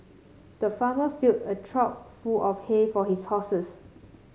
the farmer filled a full of hay for his horses